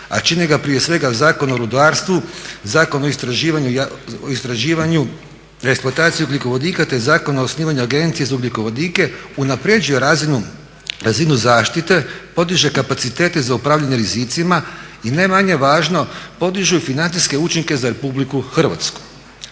a čine ga prije svega Zakon o rudarstvu, Zakon o istraživanja i eksploataciji ugljikovodika, te Zakon o osnivanju Agencije za ugljikovodike, unapređuje razinu zaštite, podiže kapacitete za upravljanje rizicima i ne manje važno podižu i financijske učinke za Republiku Hrvatsku.